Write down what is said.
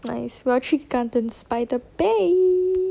nice 我要去 gardens by the bay